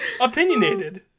opinionated